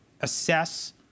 assess